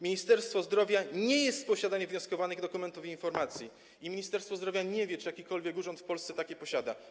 Ministerstwo Zdrowia nie jest w posiadaniu wnioskowanych dokumentów i informacji i Ministerstwo Zdrowia nie wie, czy jakikolwiek urząd w Polsce takie posiada.